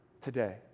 today